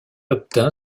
obtint